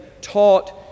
taught